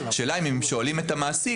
השאלה היא אם כשהם שואלים את המעסיק,